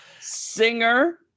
Singer